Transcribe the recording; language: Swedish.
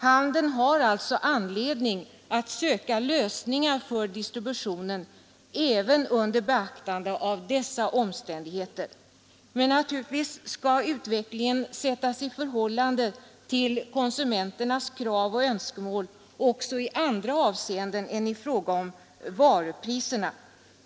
Handeln har alltså anledning att söka lösningar för distributionen även under beaktande av dessa omständigheter. Men naturligtvis skall utvecklingen sättas i förhållande till konsumenternas krav och önskemål också i andra avseenden än i fråga om varupriserna.